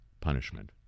punishment